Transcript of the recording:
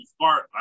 smart